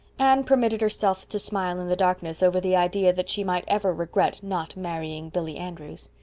anne permitted herself to smile in the darkness over the idea that she might ever regret not marrying billy andrews.